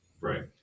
Right